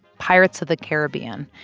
pirates of the caribbean.